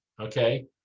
Okay